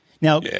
Now